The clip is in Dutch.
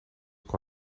kon